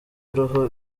roho